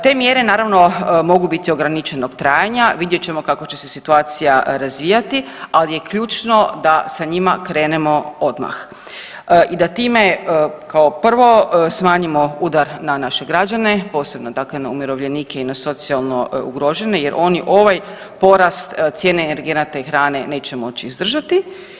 Te mjere naravno mogu biti ograničenog trajanja, vidjet ćemo kako će se situacija razvijati, al je ključno da sa njima krenemo odmah i da time kao prvo smanjimo udar na naše građane, posebno dakle na umirovljenike i na socijalno ugrožene jer oni ovaj porast cijene energenata i hrane neće moći izdržati.